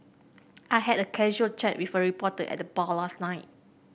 I had a casual chat with a reporter at the bar last night